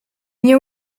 nie